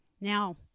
Now